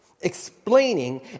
explaining